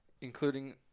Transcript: including